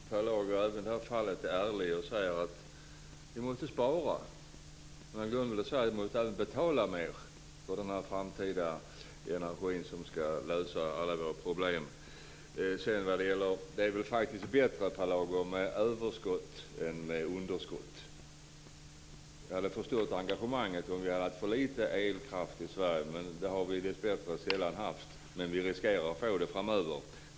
Fru talman! Det är bra att Per Lager även i det här fallet är ärlig och säger att vi måste spara. I grunden säger han att vi ska betala mer för den framtida energi som ska lösa alla våra problem. Det är väl faktiskt bättre, Per Lager, med överskott än med underskott? Jag hade förstått engagemanget om det hade funnits för lite elkraft i Sverige, men det har dessbättre sällan varit så men vi riskerar att få det så framöver.